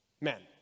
men